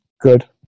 Good